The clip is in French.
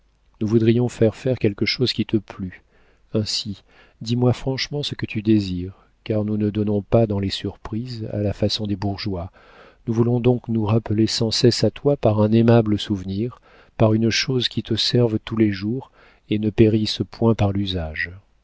nous voudrions faire faire quelque chose qui te plût ainsi dis-moi franchement ce que tu désires car nous ne donnons pas dans les surprises à la façon des bourgeois nous voulons donc nous rappeler sans cesse à toi par un aimable souvenir par une chose qui te serve tous les jours et ne périsse point par l'usage